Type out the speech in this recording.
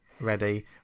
ready